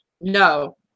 No